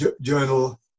journal